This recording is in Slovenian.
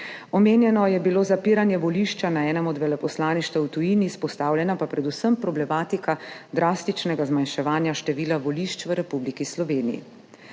Omenjeno je bilo zapiranje volišča na enem od veleposlaništev v tujini, izpostavljena pa predvsem problematika drastičnega zmanjševanja števila volišč v Republiki Sloveniji.